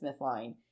Smithline